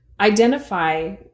identify